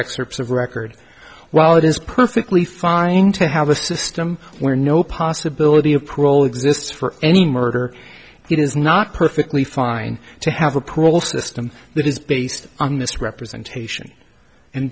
excerpts of record while it is perfectly fine to have a system where no possibility of parole exists for any murder it is not perfectly fine to have a call system that is based on misrepresentation and